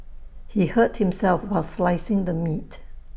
he hurt himself while slicing the meat